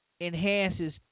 enhances